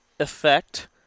Effect